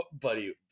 Buddy